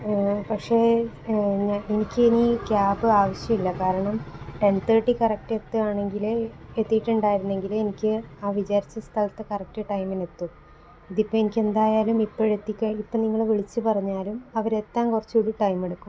പക്ഷേ ഞാൻ എനിക്ക് ഇനി ക്യാബ് ആവശ്യമില്ല കാരണം ടെന് തേര്ട്ടിക്ക് കറക്ട് എത്തുവാണെങ്കിൽ എത്തിയിട്ടുണ്ടായിരുന്നെങ്കിൽ എനിക്ക് ആ വിചാരിച്ച സ്ഥലത്ത് കറക്ട് ടൈമിന് എത്തും ഇതിപ്പെനിക്ക് എന്തായാലുമിപ്പയെത്തി ഇപ്പം നിങ്ങൾ വിളിച്ചു പറഞ്ഞാലും അവർ എത്താന് കുറച്ച് കൂടി ടൈം എടുക്കും